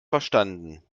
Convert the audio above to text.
verstanden